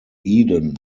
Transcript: eden